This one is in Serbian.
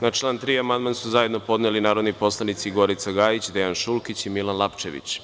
Na član 3. amandman su zajedno podneli narodni poslanici Gorica Gajić, Dejan Šulkić i Milan Lapčević.